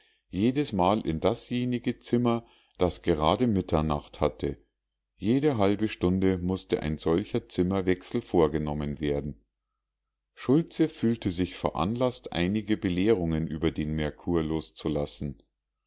jedesmal in dasjenige zimmer das gerade mitternacht hatte jede halbe stunde mußte ein solcher zimmerwechsel vorgenommen werden schultze fühlte sich veranlaßt einige belehrungen über den merkur loszulassen